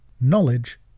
knowledge